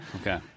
Okay